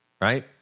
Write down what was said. right